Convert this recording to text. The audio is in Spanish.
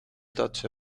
deutsche